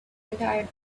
entire